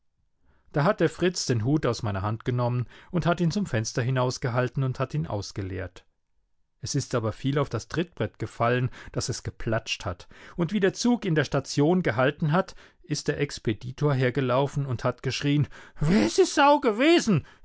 da hat der fritz den hut aus meiner hand genommen und hat ihn zum fenster hinausgehalten und hat ihn ausgeleert es ist aber viel auf das trittbrett gefallen daß es geplatscht hat und wie der zug in der station gehalten hat ist der expeditor hergelaufen und hat geschrien wer ist die sau gewesen